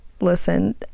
listen